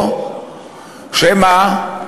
או שמא,